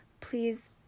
please